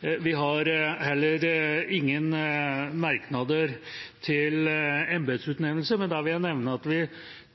Vi har heller ingen merknader til embetsutnevnelse. Da vil jeg nevne at vi